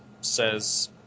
says